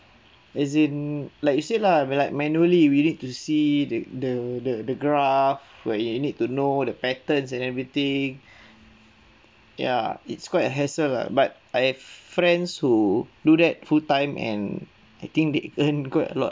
as in like you said lah we like manually we need to see the the the the graph where you need to know the patterns and everything ya it's quite a hassle lah but I have friends who do that full time and I think they earn quite a lot